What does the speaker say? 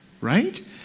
right